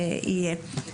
שיהיה.